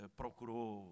procurou